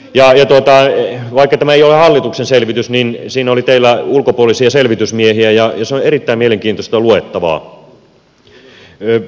vaikka tämä ei ole hallituksen selvitys niin siinä oli teillä ulkopuolisia selvitysmiehiä ja se on erittäin mielenkiintoista luettavaa